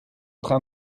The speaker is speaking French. train